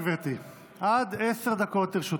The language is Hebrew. בבקשה, גברתי, עד עשר דקות לרשותך.